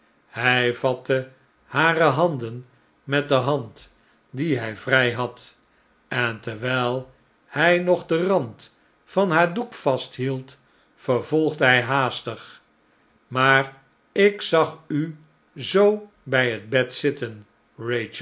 hij vatte hare handen met de hand die hij vrij had en terwijl hij nog den rand van haar doek vasthield vervolgde hij haastig maar ik zag u zoo bij het bed zitten